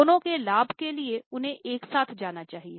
दोनों के लाभ के लिए उन्हें एक साथ जाना चाहिए